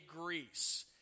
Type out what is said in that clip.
Greece